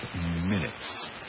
minutes